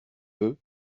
veux